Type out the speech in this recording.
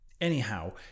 Anyhow